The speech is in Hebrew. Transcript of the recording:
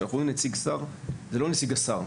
כשאנחנו אומרים נציג שר, זה לא נציג השר.